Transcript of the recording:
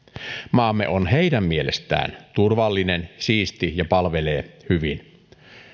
maamme on heidän mielestään turvallinen siisti ja palvelee hyvin